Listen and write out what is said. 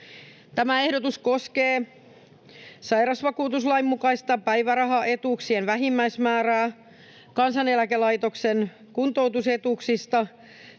Tämä ehdotus koskee sairausvakuutuslain mukaista päivärahaetuuksien vähimmäismäärää, Kansaneläkelaitoksen kuntoutusetuuksista